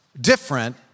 different